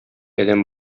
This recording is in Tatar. адәм